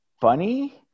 funny